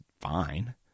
fine